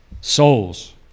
souls